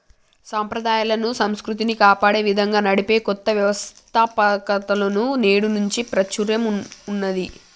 సంప్రదాయాలను, సంస్కృతిని కాపాడే విధంగా నడిపే కొత్త వ్యవస్తాపకతలకు నేడు మంచి ప్రాచుర్యం ఉన్నది